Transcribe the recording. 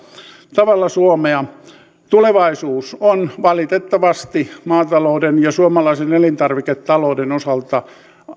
tavalla suomea tulevaisuus on valitettavasti maatalouden ja suomalaisen elintarviketalouden osalta